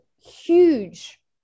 huge